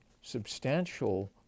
substantial